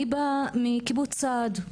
אני באה מקיבוץ סעד,